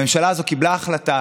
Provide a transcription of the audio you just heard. הממשלה הזאת קיבלה החלטה